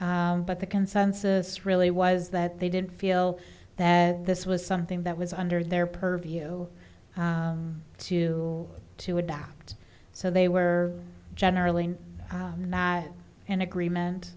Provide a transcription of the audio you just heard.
but the consensus really was that they didn't feel that this was something that was under their purview to to adopt so they were generally in agreement